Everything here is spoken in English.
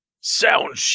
Sound